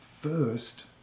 first